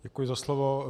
Děkuji za slovo.